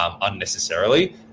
unnecessarily